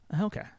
Okay